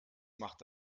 macht